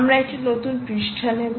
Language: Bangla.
আমরা একটি নতুন পৃষ্ঠা নেব